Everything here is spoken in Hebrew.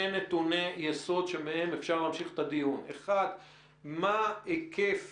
נתוני יסוד שמהם אפשר להמשיך את הדיון: מה היקף